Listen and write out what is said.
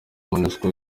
monusco